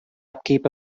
upkeep